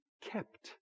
kept